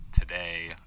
today